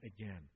again